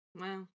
Wow